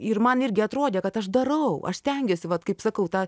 ir man irgi atrodė kad aš darau aš stengiuosi vat kaip sakau tą